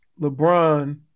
LeBron